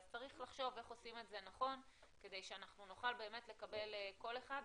אז צריך לחשוב איך עושים את זה נכון כדי שנוכל באמת לקבל כל אחד,